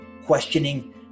questioning